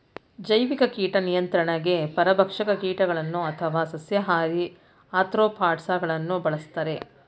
ಜೈವಿಕ ಕೀಟ ನಿಯಂತ್ರಣಗೆ ಪರಭಕ್ಷಕ ಕೀಟಗಳನ್ನು ಅಥವಾ ಸಸ್ಯಾಹಾರಿ ಆಥ್ರೋಪಾಡ್ಸ ಗಳನ್ನು ಬಳ್ಸತ್ತರೆ